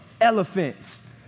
elephants